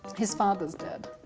his father's dead.